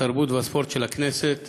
התרבות והספורט של הכנסת